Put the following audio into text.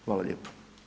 Hvala lijepo.